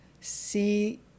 see